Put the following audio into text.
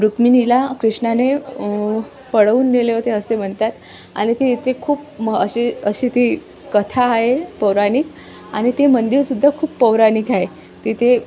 रुक्मिणीला कृष्णाने पळवून नेले होते असे म्हणतात आणि ते इथे खूप मग अशी अशी ती कथा आहे पौराणिक आणि ते मंदिर सुद्धा खूप पौराणिक आहे तिथे